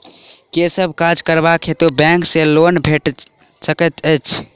केँ सब काज करबाक हेतु बैंक सँ लोन भेटि सकैत अछि?